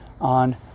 on